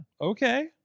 Okay